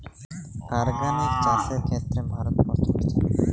organic চাষের ক্ষেত্রে ভারত প্রথম স্থানে